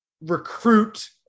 recruit